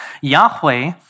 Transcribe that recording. Yahweh